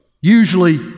Usually